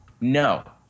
no